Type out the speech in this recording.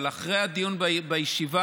אבל אחרי הדיון בוועדה,